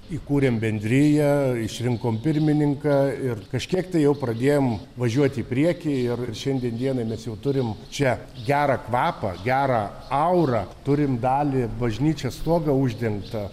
įkūrėm bendriją išrinkom pirmininką ir kažkiek tai jau pradėjom važiuot į priekį ir šiandien dienai mes jau turim čia gerą kvapą gerą aurą turim dalį bažnyčios stogą uždengtą